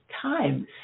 times